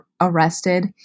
arrested